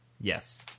Yes